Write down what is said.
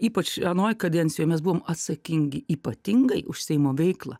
ypač anoj kadencijoj mes buvome atsakingi ypatingai už seimo veiklą